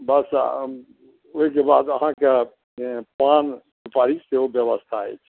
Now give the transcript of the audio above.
बस ओहिके बाद अहाँकेँ पान सुपाड़ी सेहो व्यवस्था अछि